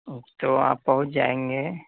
تو آپ پہنچ جائیں گے